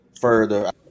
further